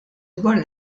dwar